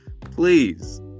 please